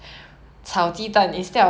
so sad